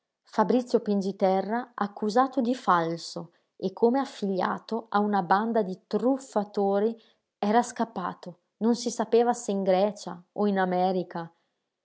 giudiziaria fabrizio pingiterra accusato di falso e come affiliato a una banda di truffatori era scappato non si sapeva se in grecia o in america